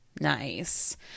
Nice